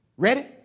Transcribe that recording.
Ready